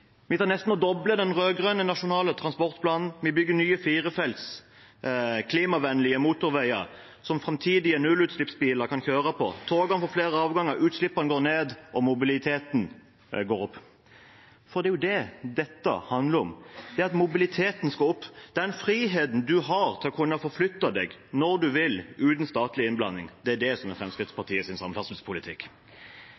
nesten den rød-grønne nasjonale transportplanen, vi bygger nye firefelts klimavennlige motorveier som framtidige nullutslippsbiler kan kjøre på. Togene får flere avganger, utslippene går ned, og mobiliteten går opp. Det er jo det dette handler om: at mobiliteten skal opp – den friheten en har til å kunne forflytte seg når en vil, uten statlig innblanding. Det er det som er